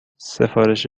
سفارش